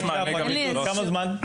כמה זמן?